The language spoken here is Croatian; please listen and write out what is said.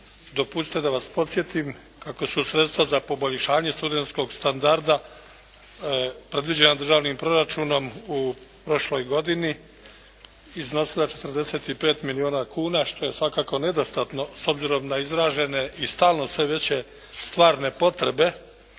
Dopustite da vas podsjetim kako su sredstva za poboljšanje studentskog standarda predviđena državnim proračunom u prošloj godini iznosila 45 milijuna kuna što je svakako nedostatno s obzirom na izražene i stalno sve veće stvarne potrebe